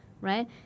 right